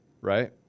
right